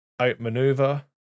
Outmaneuver